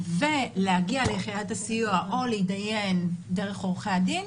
ולהגיע ליחידת הסיוע או להתדיין דרך עורכי הדין